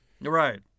Right